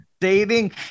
dating